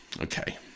Okay